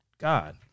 God